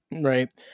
Right